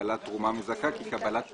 קבלת תרומה מזכה כי קבלת פיקדונות,